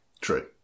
True